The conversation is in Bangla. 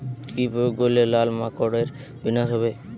কি প্রয়োগ করলে লাল মাকড়ের বিনাশ হবে?